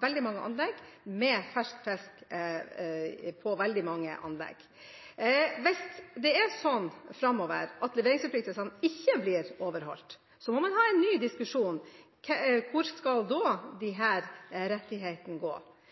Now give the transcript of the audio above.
veldig mange anlegg med fersk fisk. Hvis leveringsforpliktelsene framover ikke blir overholdt, må man ha en ny diskusjon om hvem rettighetene skal gå til. Hvis det er dette representanten her tar opp, at man da